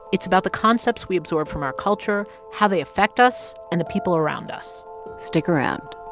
it's about the concepts we absorb from our culture, how they affect us and the people around us stick around